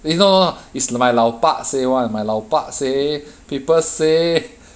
eh no no no it's my 老爸说 [one] my 老爸 say people say